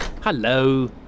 Hello